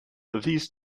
these